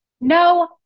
no